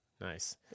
Nice